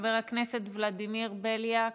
חבר הכנסת ולדימיר בליאק,